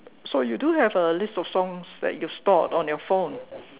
so you do have a list of songs that you stored on your phone